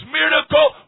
miracle